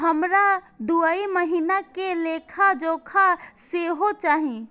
हमरा दूय महीना के लेखा जोखा सेहो चाही